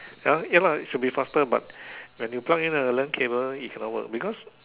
ya ya lah should be faster but if you pluck in the land cable then it cannot work because